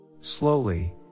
slowly